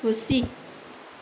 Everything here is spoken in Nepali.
खुसी